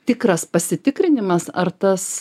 tikras pasitikrinimas ar tas